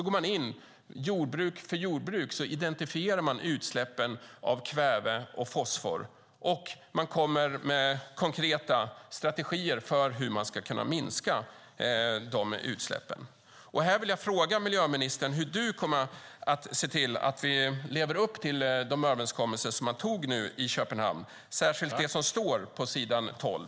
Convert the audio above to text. För jordbruk efter jordbruk identifierar man utsläppen av kväve och fosfor, och man kommer med konkreta strategier när det gäller hur man ska kunna minska de utsläppen. Här vill jag fråga miljöministern hur hon kommer att se till att vi lever upp till de överenskommelser som gjordes i Köpenhamn, särskilt det som står på s. 12.